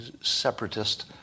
separatist